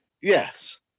Yes